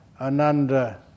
Ananda